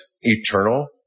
eternal